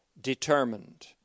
determined